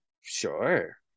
Sure